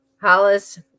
Hollis